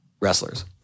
wrestlers